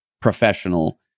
professional